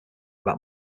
that